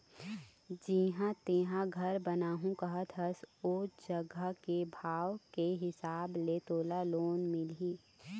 जिहाँ तेंहा घर बनाहूँ कहत हस ओ जघा के भाव के हिसाब ले तोला लोन मिलही